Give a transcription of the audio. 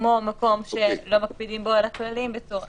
כמו מקום שלא מקפידים בו על הכללים בצורה